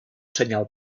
senyal